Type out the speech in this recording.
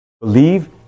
Believe